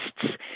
Tests